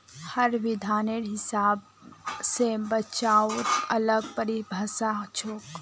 हर विद्वानेर हिसाब स बचाउर अलग परिभाषा छोक